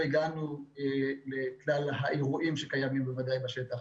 הגענו לכלל האירועים שקיימים בוודאי בשטח.